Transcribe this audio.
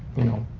you know,